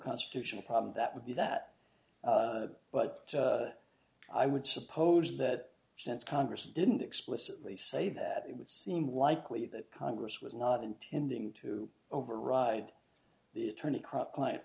constitutional problem that would be that but i would suppose that since congress didn't explicitly say that it would seem likely that congress was not intending to override the attorney c